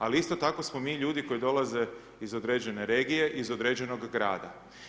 Ali isto tako smo mi ljudi koji dolaze iz određene regije, iz određenog grada.